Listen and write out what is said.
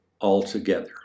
altogether